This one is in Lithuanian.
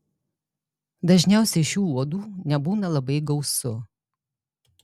dažniausiai šių uodų nebūna labai gausu